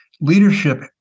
Leadership